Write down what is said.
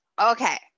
Okay